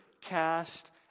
cast